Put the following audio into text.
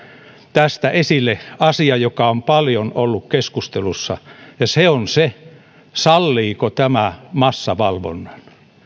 tästä esille asian joka on paljon ollut keskustelussa ja se on se salliiko tämä massavalvonnan